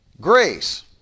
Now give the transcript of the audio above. grace